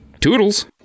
Toodles